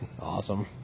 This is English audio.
Awesome